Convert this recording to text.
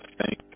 thank